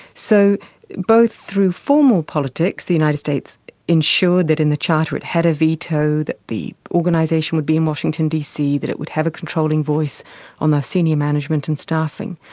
so both through formal politics, the united states ensured that in the charter it had a veto, that the organisation would be in washington dc, that it would have a controlling voice on ah senior management and staffing.